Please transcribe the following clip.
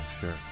sure